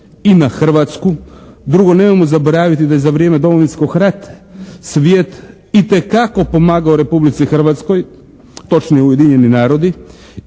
i na Hrvatsku. Drugo, nemojmo zaboraviti da je za vrijeme Domovinskog rata svijet itekako pomogao Republici Hrvatskoj, točnije Ujedinjeni narodi